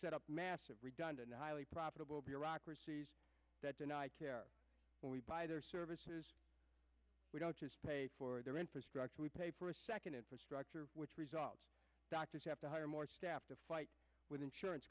set up massive redundant highly profitable bureaucracies that deny care when we buy their services we don't pay for their infrastructure we pay for a second infrastructure which results doctors have to hire more staff to fight with insurance